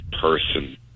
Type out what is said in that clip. person